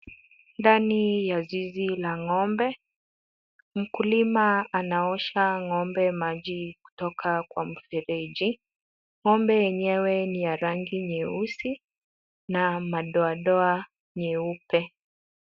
Ndani ya zizi la ngombe, mkulima anaosha ngombe maji kutoka kwa mfereji. Ngombe yenyewe ni ya rangi nyeusi namadoadoa nyeupe.